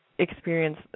experience